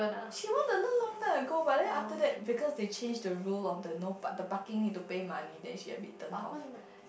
she want to learn long time ago but then after that because they change the rule of the no the parking need to pay money then she a bit turn off